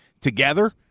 together –